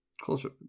closer